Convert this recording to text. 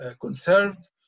conserved